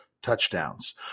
touchdowns